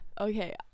Okay